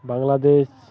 Bangladesh